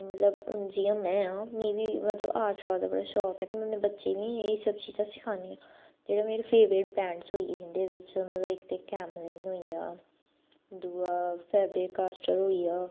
हून मतलब जियां मैं आं मीं बी मतलब ऑर्ट शार्ट दा बड़ा शौक ऐ ते में अपने बच्चें बी एह् सब चीजां सिखानियां जेह्ड़े मेरे फेवरेट ब्रांडस होई गे इंदे बिच्च मतलब इक ते कैमलिन होई गेआ दूआ फैबेकास्टर होई गेआ